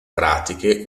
pratiche